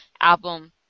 album